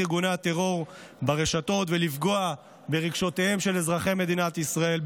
ארגוני הטרור ברשתות ולפגוע ברגשותיהם של אזרחי מדינת ישראל,